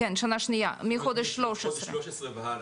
223 שקל,